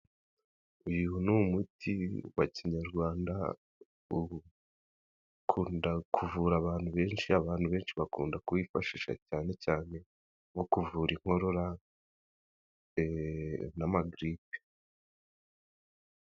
Uyu ni umuti wa Kinyarwanda, uyu ukunda kuvura abantu benshi, abantu benshi bakunda ku wifashisha cyane cyane nko kuvura inkorora n'ama giripe.